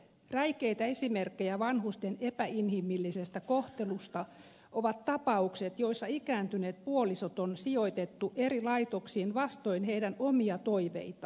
räikeitä esimerkkejä vanhusten epäinhimillisestä kohtelusta ovat tapaukset joissa ikääntyneet puolisot on sijoitettu eri laitoksiin vastoin heidän omia toiveitaan